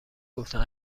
گفتم